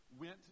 went